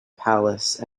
palace